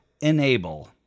Enable